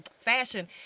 fashion